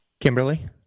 Kimberly